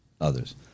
others